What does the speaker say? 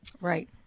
Right